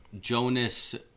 Jonas